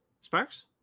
Sparks